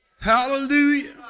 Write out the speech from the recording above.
Hallelujah